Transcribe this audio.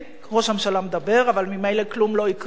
ראש הממשלה מדבר, אבל ממילא כלום לא יקרה.